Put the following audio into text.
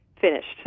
finished